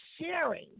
sharing